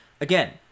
Again